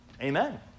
Amen